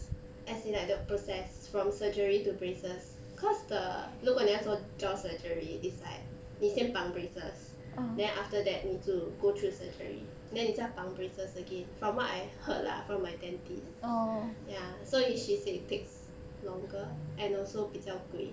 as in like the process from surgery to braces cause the 如果你要做 jaw surgery is like 你先绑 braces then after that 你就 go through surgery then 你再绑 braces again from what I heard lah from my dentist ya so is she say it takes longer and also 比较贵